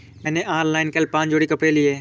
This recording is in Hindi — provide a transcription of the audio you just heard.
मैंने ऑनलाइन कल पांच जोड़ी कपड़े लिए